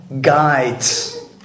guides